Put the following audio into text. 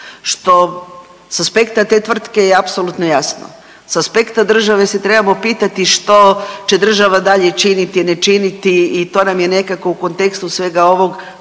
što sa aspekta te tvrtke je apsolutno jasno. Sa aspekta se trebamo pitati što će država dalje činiti, ne činiti i to nam je nekako u kontekstu svega ovog